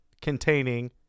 containing